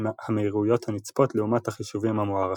המהירויות הנצפות לעומת החישובים המוערכים.